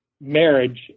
marriage